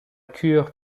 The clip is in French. cure